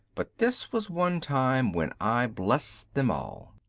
but this was one time when i blessed them all.